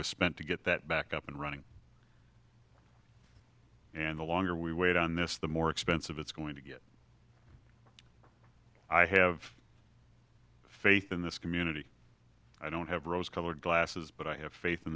was spent to get that back up and running and the longer we wait on this the more expensive it's going to get i have faith in this community i don't have rose colored glasses but i have faith in